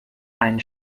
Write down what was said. einen